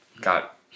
got